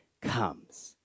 comes